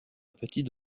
petite